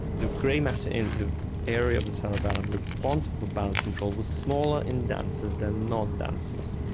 the grey matter in the area of the cerebellum responsible for balance control was smaller in dancers than non-dancers.